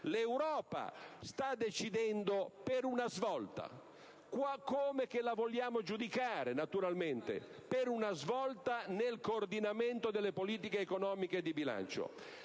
L'Europa sta decidendo per una svolta - come che la vogliamo giudicare, naturalmente - nel coordinamento delle politiche economiche e di bilancio.